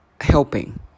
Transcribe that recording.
helping